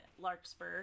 Larkspur